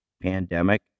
pandemic